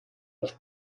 los